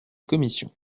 commission